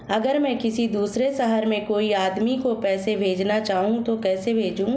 अगर मैं किसी दूसरे शहर में कोई आदमी को पैसे भेजना चाहूँ तो कैसे भेजूँ?